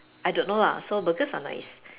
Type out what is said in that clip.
I don't know lah so burgers are nice